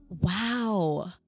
Wow